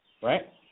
Right